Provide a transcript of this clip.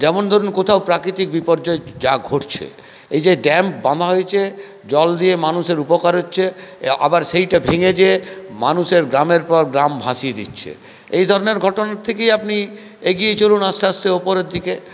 যেমন ধরুন কোথাও প্রাকৃতিক বিপর্যয় যা ঘটছে এই যে ড্যাম বাঁধা হয়েছে জল দিয়ে মানুষের উপকার হচ্ছে আবার সেটা ভেঙে যে মানুষের গ্রামের পর গ্রাম ভাসিয়ে দিচ্ছে এই ধরনের ঘটনার থেকেই আপনি এগিয়ে চলুন আস্তে আস্তে উপরের দিকে